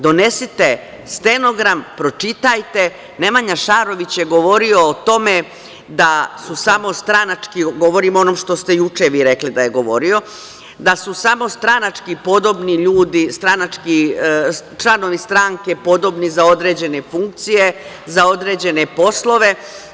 Donesite stenogram, pročitajte, Nemanja Šarović je govorio o tome da su samo stranački, govorim o onome što ste juče vi rekli da je govorio, da su samo stranački podobni ljudi, članovi stranke podobni za određene funkcije, za određene poslove.